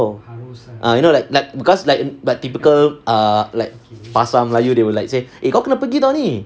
ah you know like like cause like typical err like pasar melayu they will like say eh kau kena pergi [tau] ni